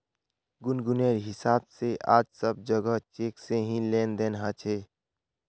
गुनगुनेर हिसाब से आज सब जोगोह चेक से ही लेन देन ह छे